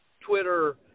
Twitter